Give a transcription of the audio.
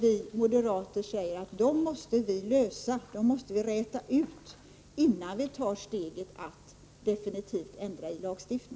Vi moderater säger att man måste räta ut sådana här frågetecken, innan man tar steget till definitiv ändring av lagen.